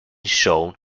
shown